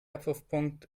abwurfpunkt